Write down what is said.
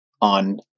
on